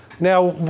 now,